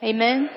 Amen